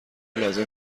لازم